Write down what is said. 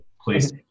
please